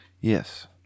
Yes